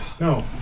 no